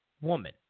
woman